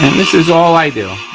this is all i do,